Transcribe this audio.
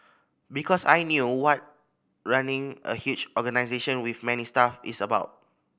because I knew what running a huge organisation with many staff is about